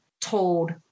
told